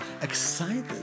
excited